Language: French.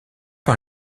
par